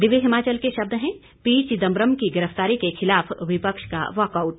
दिव्य हिमाचल के शब्द हैं पी चिदम्बरम की गिरफ्तारी के खिलाफ विपक्ष का वाकआउट